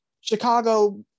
Chicago